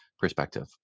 perspective